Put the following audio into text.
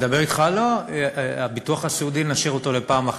לגבי הביטוח הסיעודי, נשאיר אותו לפעם אחרת.